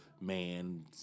man